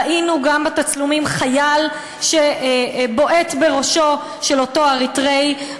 ראינו גם בתצלומים חייל שבועט בראשו של אותו אריתריאי,